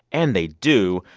and they do.